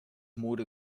mode